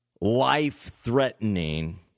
life-threatening